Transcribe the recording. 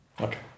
Okay